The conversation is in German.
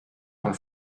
von